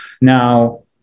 now